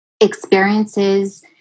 experiences